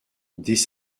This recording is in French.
dès